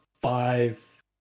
five